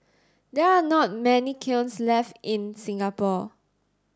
there are not many kilns left in Singapore